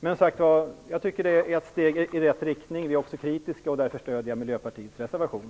Men jag tycker att detta är ett steg i rätt riktning. Vi är också kritiska, och därför stöder jag Miljöpartiets reservation.